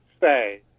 say